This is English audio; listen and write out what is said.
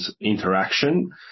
interaction